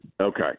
Okay